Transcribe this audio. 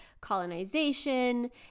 colonization